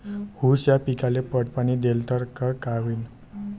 ऊस या पिकाले पट पाणी देल्ल तर काय होईन?